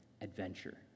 adventure